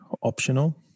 optional